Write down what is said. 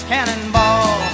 Cannonball